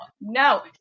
No